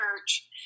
church